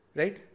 right